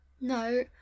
No